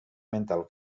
mental